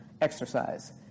exercise